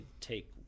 take